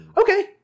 Okay